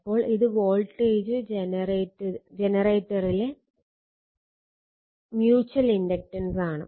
അപ്പോൾ ഇത് വോൾട്ടേജ് ജനറേറ്ററിലെ മ്യൂച്ചൽ ഇൻഡക്റ്റൻസാണ്